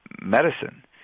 medicine